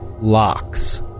Locks